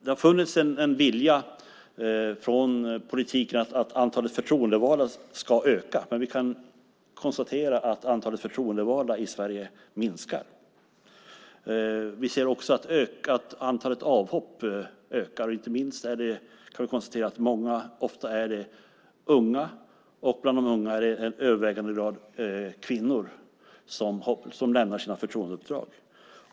Det har funnits en vilja från politiken att antalet förtroendevalda ska öka, men vi kan konstatera att antalet förtroendevalda i Sverige minskar. Vi ser också att antalet avhopp ökar. Inte minst kan vi konstatera att det ofta är unga, och bland de unga är det till övervägande del kvinnor som lämnar sina förtroendeuppdrag.